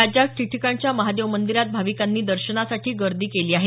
राज्यात ठिकठिकाणच्या महादेव मंदिरात भाविकांनी दर्शनासाठी गर्दी केली आहे